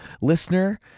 listener